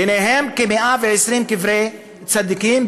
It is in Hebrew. ביניהם כ-120 קברי צדיקים,